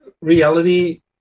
reality